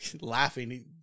laughing